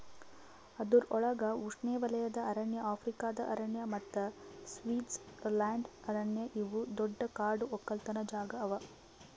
ಅದುರ್ ಒಳಗ್ ಉಷ್ಣೆವಲಯದ ಅರಣ್ಯ, ಆಫ್ರಿಕಾದ ಅರಣ್ಯ ಮತ್ತ ಸ್ವಿಟ್ಜರ್ಲೆಂಡ್ ಅರಣ್ಯ ಇವು ದೊಡ್ಡ ಕಾಡು ಒಕ್ಕಲತನ ಜಾಗಾ ಅವಾ